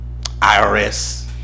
IRS